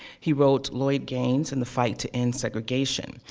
he wrote lloyd gaines and the fight to end segregation,